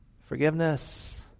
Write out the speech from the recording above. Forgiveness